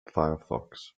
firefox